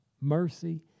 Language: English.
mercy